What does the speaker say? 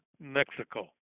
Mexico